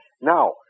Now